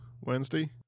Wednesday